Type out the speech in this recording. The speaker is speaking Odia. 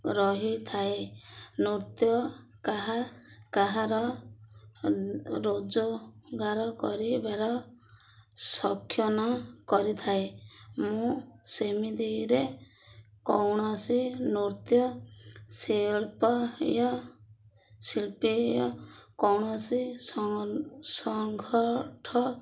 ରହିଥାଏ ନୃତ୍ୟ କାହା କାହାର ରୋଜଗାର କରିବାର ସକ୍ଷନ କରିଥାଏ ମୁଁ ସେମିତିରେ କୌଣସି ନୃତ୍ୟ ଶିଳ୍ପୟ ଶିଳ୍ପୀୟ କୌଣସି ସଂଘଠ